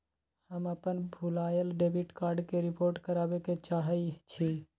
हम अपन भूलायल डेबिट कार्ड के रिपोर्ट करावे के चाहई छी